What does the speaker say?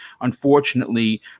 unfortunately